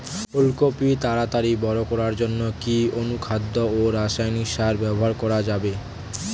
ফুল কপি তাড়াতাড়ি বড় করার জন্য কি অনুখাদ্য ও রাসায়নিক সার ব্যবহার করা যাবে?